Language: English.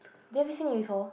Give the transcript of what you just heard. then have you seen it before